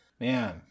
man